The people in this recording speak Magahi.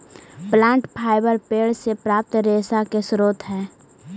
प्लांट फाइबर पेड़ से प्राप्त रेशा के स्रोत हई